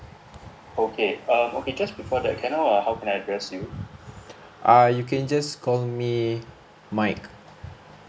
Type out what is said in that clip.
err you can just call me mike